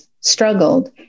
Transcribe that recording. struggled